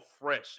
fresh